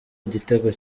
igitego